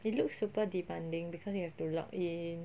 it looks super demanding because you have to log in